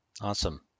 Awesome